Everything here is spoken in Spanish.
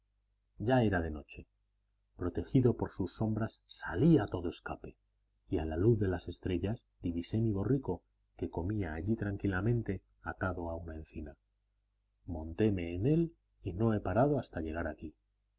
ya era de noche protegido por sus sombras salí a todo escape y a la luz de las estrellas divisé mi borrico que comía allí tranquilamente atado a una encina montéme en él y no he parado hasta llegar aquí